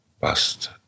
bust